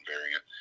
variant